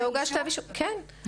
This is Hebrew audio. לא הוגש כתב אישום, כן.